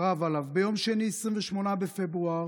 ביום שני 28 בפברואר